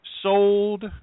sold